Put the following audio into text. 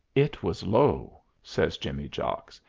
it was low, says jimmy jocks,